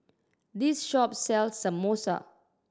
this shop sells Samosa